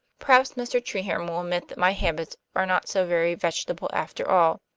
perhaps mr. treherne will admit that my habits are not so very vegetable, after all.